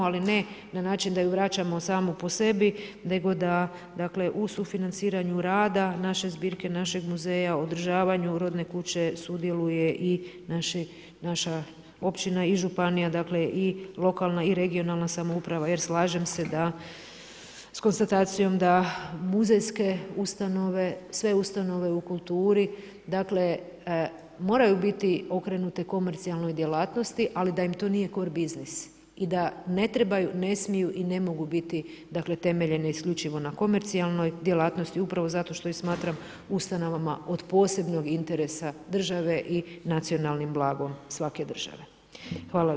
Ali na način da ju vraćamo samo po sebi nego da u sufinanciranju rada naše zbirke našeg muzeja, održavanju rodne kuće sudjeluje i naša općina i županija dakle i lokalna i regionalna samouprava jer slažem se s konstatacijom da muzejske ustanove, sve ustanove u kulturi moraju biti okrenute komercijalnoj djelatnosti, ali da im to nije cor biznis i da ne trebaju, ne smiju i ne mogu biti temeljeni isključivo na komercijalnoj djelatnosti upravo zato što ih smatram ustanovama od posebnog interesa države i nacionalnim blagom svake države.